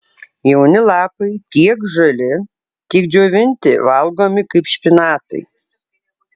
jauni lapai tiek žali tiek džiovinti valgomi kaip špinatai